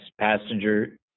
passenger